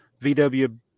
VW